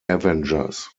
avengers